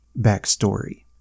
backstory